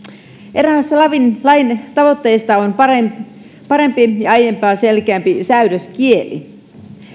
eräs lain lain tavoitteista on parempi ja aiempaa selkeämpi säädöskieli